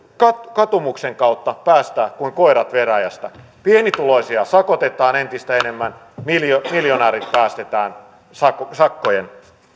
katumuksen kautta päästää kuin koirat veräjästä pienituloisia sakotetaan entistä enemmän miljonäärit päästetään sakkojen